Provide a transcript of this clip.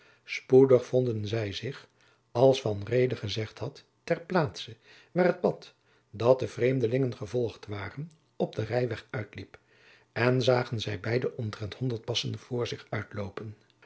spoedig vonden zij zich jacob van lennep de pleegzoon als van reede gezegd had ter plaatse waar het pad dat de vreemdelingen gevolgd waren op den rijweg uitliep en zagen zij beiden omtrent honderd passen